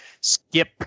skip